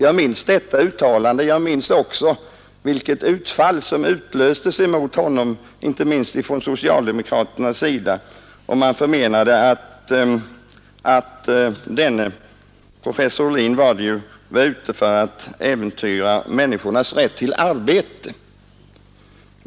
Jag minns vilket utfall dessa ord utlöste mot honom från socialdemokratiskt håll, där man menade att professor Ohlin var ute för att äventyra människornas rätt till arbete.